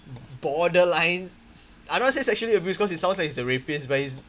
borderlines I don't want to say sexually abuse because it sounds like he's a rapist but he's